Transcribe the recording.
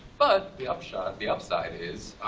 but the upside the upside is,